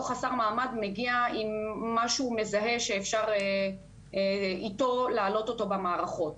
חסר מעמד מגיע עם משהו מזהה שאפשר להעלות אותו במערכות.